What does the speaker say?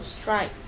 strike